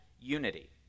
unity